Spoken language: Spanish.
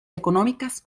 económicas